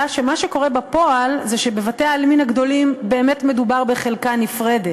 עלה שמה שקורה בפועל זה שבבתי-העלמין הגדולים באמת מדובר בחלקה נפרדת,